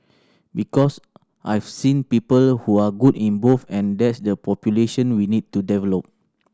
because I've seen people who are good in both and that's the population we need to develop